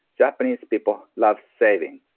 japanese people love saving,